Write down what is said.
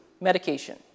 medication